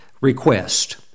request